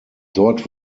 dort